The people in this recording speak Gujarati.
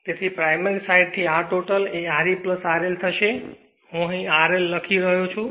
તેથી પ્રાઇમરી સાઈડથી R total એ R e RL થશે તે હું અહીં RL લખી રહ્યો છું